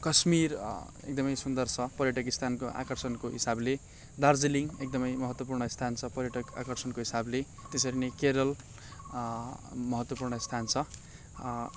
कश्मीर एकदम सुन्दर छ पर्यटक स्थानको आकर्षणको हिसाबले दार्जिलिङ एकदम महत्त्वपूर्ण स्थान छ पर्यटक आकर्षणको हिसाबले त्यसरी नै केरल महत्त्वपूर्ण स्थान छ